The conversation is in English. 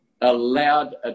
allowed